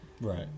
Right